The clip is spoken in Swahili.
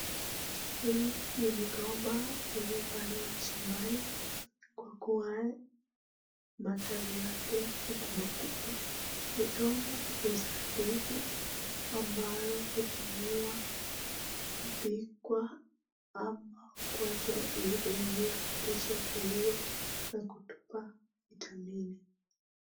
Hii ni migomba iliyopandwa shambani, kwa kuwa matawi yake ni kubwakubwa. Migomba huzaa ndizi ambayo hutumiwa, hupikwa ama kuachwa iive yenyewe kisha kuliwa na kutupa vitamini.